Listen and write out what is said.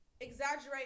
exaggerate